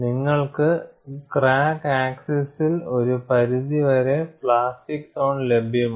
നിങ്ങൾക്ക് ക്രാക്ക് ആക്സിസ്സിൽ ഒരു പരിധിവരെ പ്ലാസ്റ്റിക് സോൺ ലഭ്യമാണ്